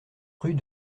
rue